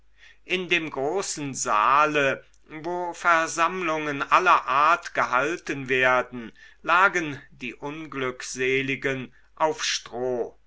in dem großen saale wo versammlungen aller art gehalten werden lagen die unglückseligen auf stroh